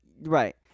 Right